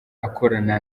akorana